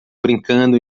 brincando